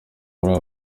muri